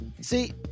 See